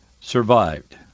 survived